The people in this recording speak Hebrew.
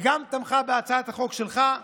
וגם תמכה בהצעת החוק שלך,